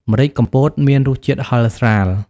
ម្រេចកំពតមានរសជាតិហិរស្រាល។